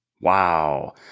Wow